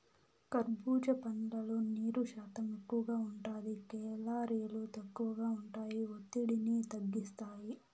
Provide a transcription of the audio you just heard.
కర్భూజా పండ్లల్లో నీరు శాతం ఎక్కువగా ఉంటాది, కేలరీలు తక్కువగా ఉంటాయి, ఒత్తిడిని తగ్గిస్తాయి